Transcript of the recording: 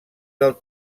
del